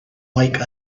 mike